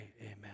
amen